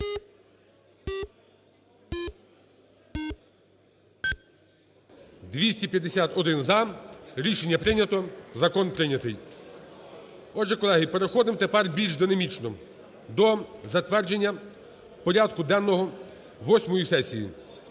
За-251 Рішення прийнято. Закон прийнятий. Отже, колеги, переходимо тепер більш динамічно до затвердження порядку денного восьмої сесії.